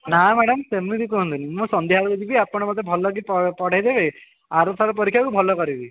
ନା ମ୍ୟାଡ଼ାମ ସେମିତି କୁହନ୍ତୁନି ମୁଁ ସନ୍ଧ୍ୟା ବେଳକୁ ଯିବି ଆପଣ ମୋତେ ଭଲ କି ପଢ଼େଇ ଦେବେ ଆରଥର ପରୀକ୍ଷା କୁ ଭଲ କରିବି